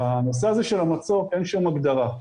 בנושא הזה של המצוק אין שם הגדרה.